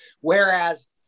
Whereas